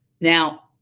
Now